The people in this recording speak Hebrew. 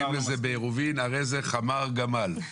קוראים לזה הרי זה חמר גמל.